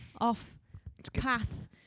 Off-path